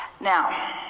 Now